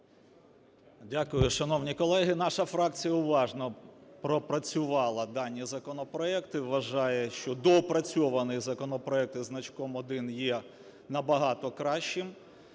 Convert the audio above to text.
Дякую. Шановні колеги, наша фракція уважно пропрацювала дані законопроекти, вважає, що доопрацьований законопроект із значком один є набагато кращим